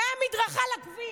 מהמדרכה לכביש,